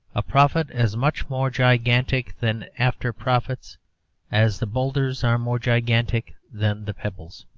a prophet as much more gigantic than after-prophets as the boulders are more gigantic than the pebbles.